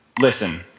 Listen